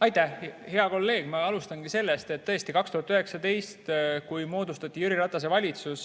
Aitäh, hea kolleeg! Ma alustan sellest, et 2019, kui moodustati Jüri Ratase valitsus